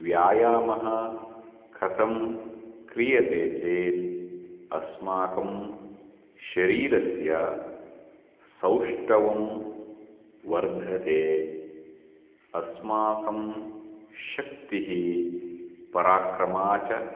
व्यायामः कथं क्रियते चेत् अस्माकं शरीरस्य सौष्टवं वर्धते अस्माकं शक्तिः पराक्रमः च